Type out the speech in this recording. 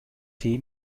tee